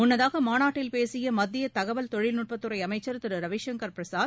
முன்னதாக மாநாட்டில் பேசிய மத்திய தகவல் தொழில்நுட்பத்துறை அமைச்சர் திரு ரவிசங்கர் பிரசாத்